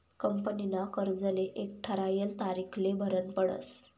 कंपनीना कर्जले एक ठरायल तारीखले भरनं पडस